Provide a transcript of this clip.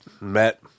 met